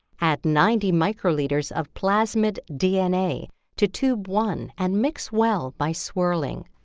add ninety microliters of plasmid dna to tube one and mix well by swirling.